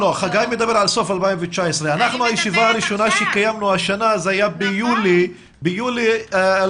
חגי מדבר על סוף 2019. הישיבה הראשונה שעשינו הייתה ביולי 2020,